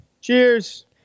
Cheers